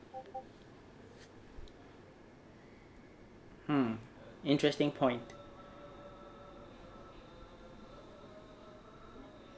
mm interesting point